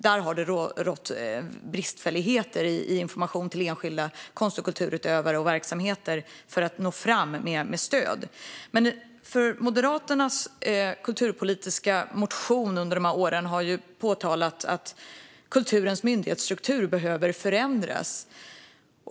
Där har det funnits bristfälligheter i informationen till enskilda konst och kulturutövare och verksamheter för att nå fram med stöd. Moderaternas kulturpolitiska motioner under de här åren har påtalat att kulturens myndighetsstruktur behöver förändras.